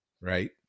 right